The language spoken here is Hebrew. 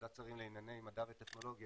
ועדת שרים לענייני מדע וטכנולוגיה